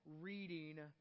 reading